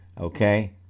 okay